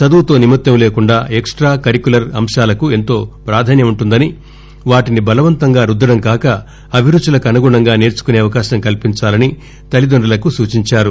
చదువుతో నిమిత్తం లేకుండా ఎక్స్టా కరిక్యూలర్ తతతఅంశాలకు ఎంతో ప్రాధాన్యం ఉంటుందని వాటిని బలవంతంగా రుద్గడం కాక అభిరుచులకు అనుగుణంగా నేర్చుకునే అవకాశం కల్పించాలని తల్లిదండులకు సూచించారు